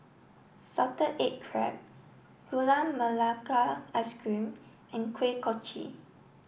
Salted Egg Crab Gula Melaka Ice Cream and Kuih Kochi